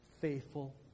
faithful